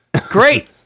Great